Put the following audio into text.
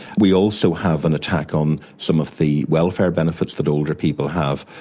we also have an attack on some of the welfare benefits that older people have,